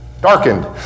darkened